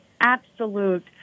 absolute